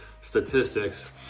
statistics